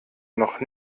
noch